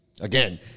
again